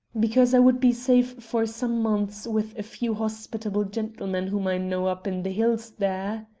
because i would be safe for some months with a few hospitable gentlemen whom i know up in the hills there.